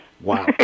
Wow